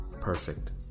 Perfect